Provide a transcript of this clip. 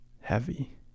heavy